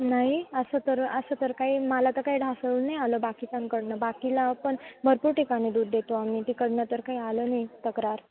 नाही असं तर असं तर काही मला तर काही ढासळून नाही आलं बाकीच्यांकडनं बाकीला पण भरपूर ठिकाणी दूध देतो आम्ही तिकडनं तर काही आलं नाही तक्रार